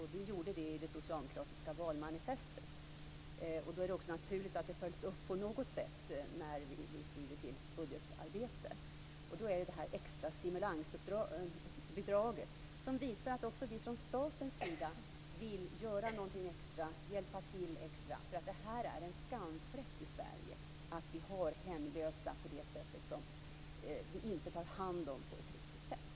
Vi gjorde det i det socialdemokratiska valmanifestet. Då är det också naturligt att det följs upp på något sätt när vi skrider till budgetarbete. Det här extra stimulansbidraget visar att också staten vill göra något extra och hjälpa till. Det är en skamfläck i Sverige att vi har hemlösa som vi inte tar hand om på ett riktigt sätt.